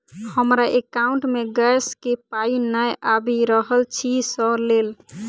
हमरा एकाउंट मे गैस केँ पाई नै आबि रहल छी सँ लेल?